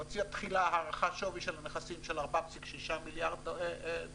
חברת KPMG הוציאה תחילה הערכת שווי של נכסים של 4,6 מיליארד דולר,